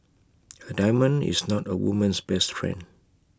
A diamond is not A woman's best friend